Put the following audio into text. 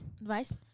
Advice